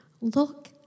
Look